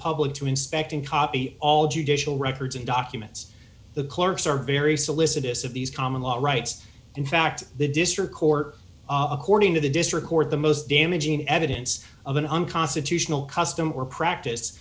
public to inspect and copy all judicial records and documents the clerks are very solicitous of these common law rights in fact the district court according to the district court the most damaging evidence of an unconstitutional custom or practice